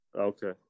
Okay